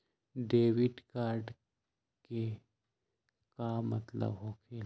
Debit card के का मतलब होकेला?